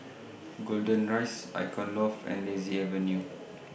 Golden Rise Icon Loft and Daisy Avenue